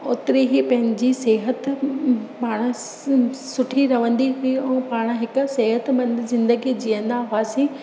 ओतिरी ई पंहिंजी सिहत पाणि स सुठी रहंदी हुई ऐं पाणि हिकु सिहतमंद ज़िंदगी जीअंदा हुआसीं